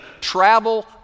travel